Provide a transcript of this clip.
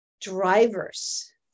drivers